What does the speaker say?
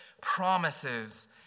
promises